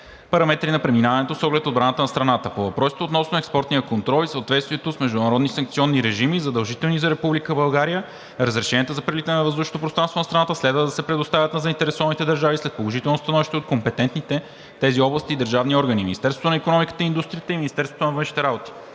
параметри на преминаване с оглед отбраната на страната. По въпросите относно експортния контрол и съответствието с международни санкционни режими, задължителни за Република България, разрешенията за преминаване на въздушното пространство на страната следва да се предоставят на заинтересованите държави след положително становище от компетентните в тези области държавни органи – Министерството на икономиката и индустрията и Министерството на външните работи.